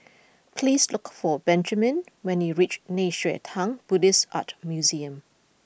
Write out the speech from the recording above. please look for Benjamen when you reach Nei Xue Tang Buddhist Art Museum